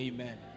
Amen